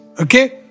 Okay